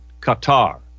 Qatar